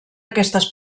aquestes